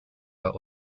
but